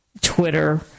Twitter